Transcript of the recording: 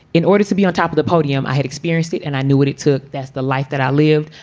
in order to be on top of the podium, i had experienced it and i knew what it took. that's the life that i lived.